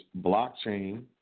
blockchain